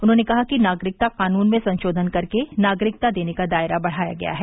उन्होंने कहा कि नागरिकता कानून में संशोधन कर नागरिकता देने का दायरा बढ़ाया गया है